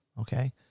okay